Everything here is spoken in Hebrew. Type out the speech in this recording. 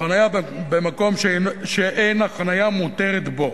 "חנייה במקום שאין החנייה מותרת בו.